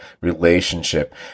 relationship